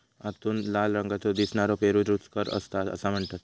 आतून लाल रंगाचो दिसनारो पेरू रुचकर असता असा म्हणतत